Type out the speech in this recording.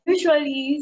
Usually